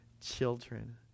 children